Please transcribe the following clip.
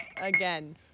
again